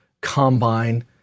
combine